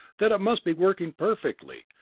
that it must be working perfectly,